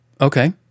Okay